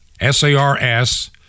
S-A-R-S